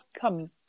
come